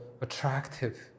attractive